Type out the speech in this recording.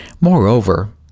Moreover